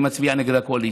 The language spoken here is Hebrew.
אני מצביע נגד הקואליציה.